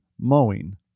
mowing